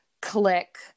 click